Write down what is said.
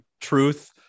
Truth